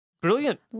brilliant